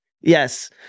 Yes